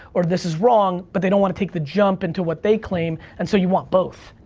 or this is wrong, but they don't wanna take the jump into what they claim, and so, you want both.